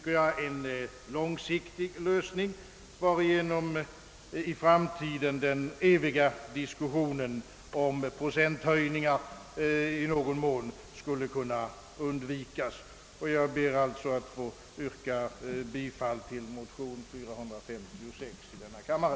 Det är en långsiktig lösning, varigenom i framtiden den eviga diskussionen om procenthöjningar i någon mån skulle kunna undvikas. Jag ber alltså att få yrka bifall till motionen 456 i denna kammare.